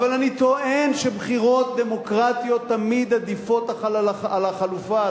אבל אני טוען שבחירות דמוקרטיות תמיד עדיפות על החלופה,